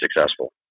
successful